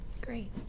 Great